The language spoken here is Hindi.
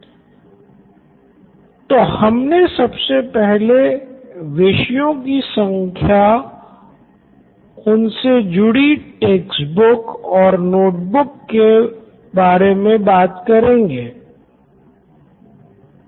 Siddharth Maturi CEO Knoin electronics तो हम सबसे पहले विषयों की संख्या और उनसे जुड़ी टेक्स्ट बुक और नोट बुक के बारे मे बात करेंगे Nitin Kurian COO Knoin electronics जी